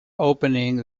opening